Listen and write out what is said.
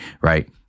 right